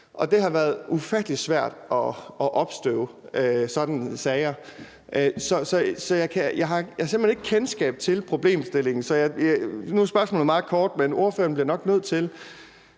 det har været ufattelig svært at opstøve sådanne sager. Så jeg har simpelt hen ikke kendskab til problemstillingen, og nu er spørgsmålet meget kort, men spørgeren bliver nok nødt til